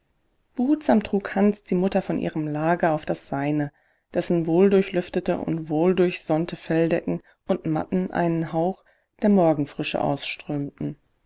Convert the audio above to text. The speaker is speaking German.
trug hans die mutter von ihrem lager auf das seine dessen wohldurchlüftete und wohldurchsonnte felldecken und matten einen hauch der morgenfrische ausströmten